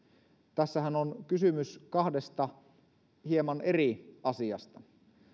tässähän on kysymys kahdesta hieman eri asiasta